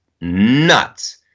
nuts